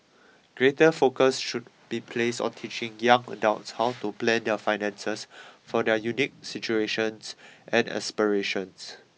greater focus should be placed on teaching young adults how to plan their finances for their unique situations and aspirations